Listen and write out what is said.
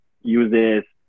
uses